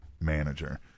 manager